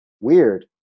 weird